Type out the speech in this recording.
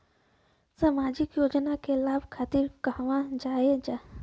सामाजिक योजना के लाभ खातिर कहवा जाई जा?